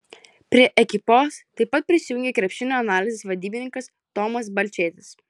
prie ekipos taip pat prisijungė krepšinio analizės vadybininkas tomas balčėtis